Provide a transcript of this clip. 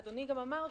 אדוני גם אמר,